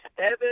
Evan